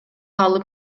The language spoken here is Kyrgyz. алып